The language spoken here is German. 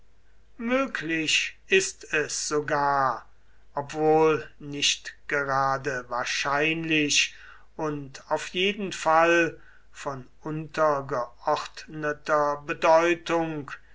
möglich ist es sogar obwohl nicht gerade wahrscheinlich und auf jeden fall von untergeordneter bedeutung